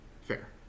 Fair